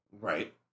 Right